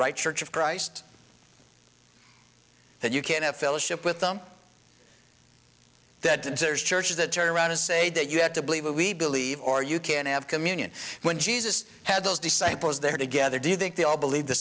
right church of christ that you can a fellowship with them that there's churches that turn around and say that you have to believe what we believe or you can have communion when jesus had those disciples there together do you think they all believe the